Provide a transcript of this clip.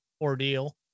ordeal